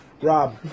Rob